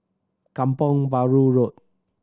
Kampong Bahru Road